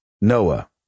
Noah